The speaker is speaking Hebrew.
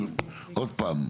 עוד פעם,